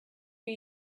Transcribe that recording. you